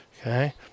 Okay